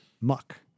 muck